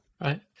right